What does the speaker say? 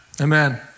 Amen